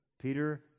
Peter